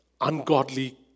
ungodly